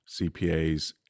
CPAs